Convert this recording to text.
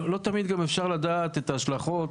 לא תמיד גם אפשר לדעת את ההשלכות